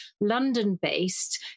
London-based